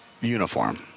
uniform